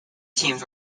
teams